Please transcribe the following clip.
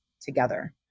together